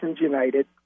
United